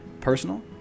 personal